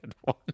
one